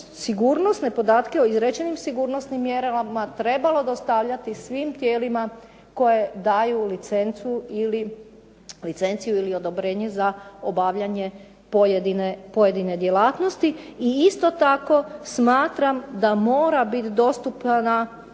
sigurnosne podatke o izrečenim sigurnosnim mjerama trebalo dostavljati svim tijelima koje daju licencu ili odobrenje za obavljanje pojedine djelatnosti. I isto tako smatram da mora biti dostupno